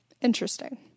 Interesting